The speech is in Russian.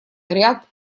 ряд